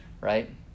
right